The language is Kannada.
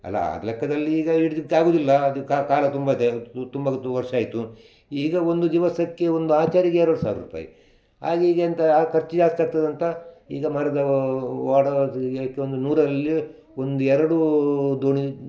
ಅಲ್ಲ ಆಗ ಲೆಕ್ಕದಲ್ಲಿ ಈಗ ಹಿಡಿದಕ್ಕಾಗುವುದಿಲ್ಲ ಅದು ಕಾ ಕಾಲ ತುಂಬ ತುಂಬ ವರ್ಷ ಆಯಿತು ಈಗ ಒಂದು ದಿವಸಕ್ಕೆ ಒಂದು ಆಚಾರಿಗೆ ಎರಡು ಸಾವಿರ ರೂಪಾಯಿ ಹಾಗೆ ಈಗೆಂತ ಖರ್ಚು ಜಾಸ್ತಿ ಆಗ್ತದಂತ ಈಗ ಮರದವು ವಾಡೋದ್ ಯಕ್ಕೆ ಒಂದು ನೂರಲ್ಲಿ ಒಂದು ಎರಡು ದೋಣಿ